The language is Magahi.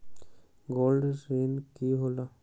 गोल्ड ऋण की होला?